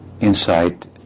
insight